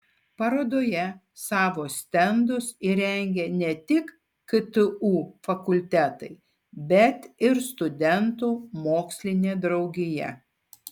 parodoje savo stendus įrengė ne tik ktu fakultetai bet ir studentų mokslinė draugija